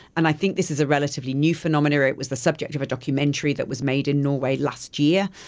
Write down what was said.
and i think this is a relatively new phenomena, it was the subject of a documentary that was made in norway last year.